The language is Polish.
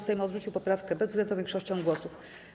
Sejm odrzucił poprawkę bezwzględną większością głosów.